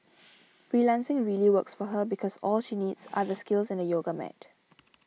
freelancing really works for her because all she needs are the skills and a yoga mat